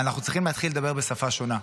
אנחנו צריכים להתחיל לדבר בשפה שונה.